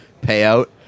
payout